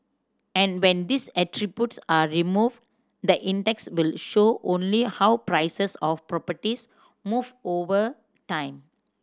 and when these are removed the index will show only how prices of properties move over time